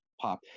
pop